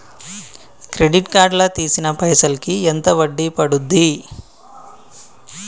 Credit card లా తీసిన పైసల్ కి ఎంత వడ్డీ పండుద్ధి?